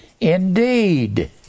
indeed